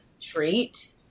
treat